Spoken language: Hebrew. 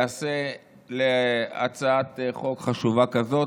שהחוק עוסק בטיפול באומנות,